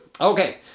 Okay